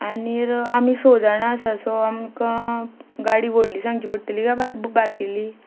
आनीक आमी सो जाणां आसा सो आमकां गाडी व्हडली सांगची पडटली काय बर बारकेल्ली